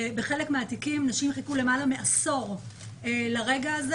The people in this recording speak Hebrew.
בחלק מהתיקים נשים חיכו למעלה מעשור לרגע הזה